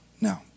No